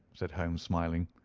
said holmes, smiling.